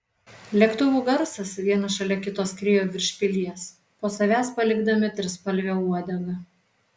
lėktuvų garsas vienas šalia kito skriejo virš pilies po savęs palikdami trispalvę uodegą